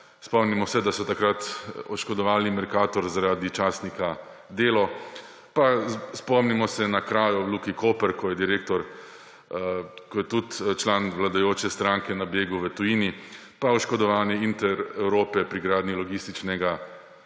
Spomnimo se, da so takrat oškodovali Mercator zaradi časnika Delo, spomnimo se na krajo v Luki Koper, ko je direktor, ko je tudi član vladajoče stranke na begu v tujini, pa oškodovanje Intereurope pri gradnji logističnega